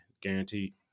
Guaranteed